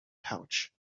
pouch